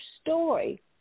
story